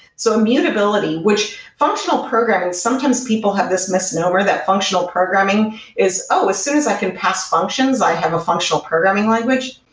so immutability, which functional programming, sometimes people have this misnomer that functional programming is, oh! as soon as i can pass functions, i have a functional programming language.